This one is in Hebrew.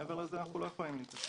מעבר לזה אנחנו לא יכולים להתייחס.